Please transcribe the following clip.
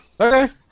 Okay